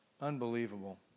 unbelievable